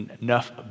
enough